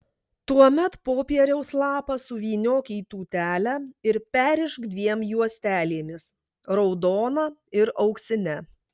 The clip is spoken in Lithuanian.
tuomet popieriaus lapą suvyniok į tūtelę ir perrišk dviem juostelėmis raudona ir auksine